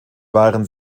waren